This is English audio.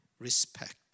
respect